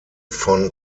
von